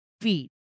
feet